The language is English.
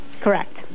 Correct